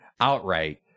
outright